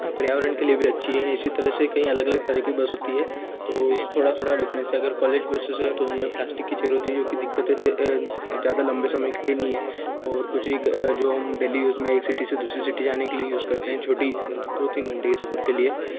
प्रयावरण के लिए भी अच्छी है इसी तरह से कई अलग अलग तरह की बस होती है तो थोड़ा थोड़ा डिफ्रेंस है अगर कॉलेज बसेज हैं तो उसमें प्लास्टिक की चेयर होती हैं जो कि दिक्कतें दे ज़्यादा लम्बे समय के लिए नहीं है और कुछ एक जो हम डेली यूज में एक सिटी से दूसरे सिटी जाने के लिए यूज करते हैं छोटी दो तीन घंटे की सफर के लिए